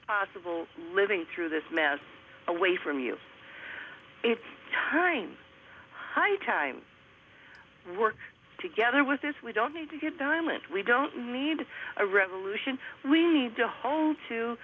possible living through this mess away from you it's time high time work together with this we don't need to get the moment we don't need a revolution we need to hold to